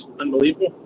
unbelievable